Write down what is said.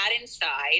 inside